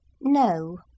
No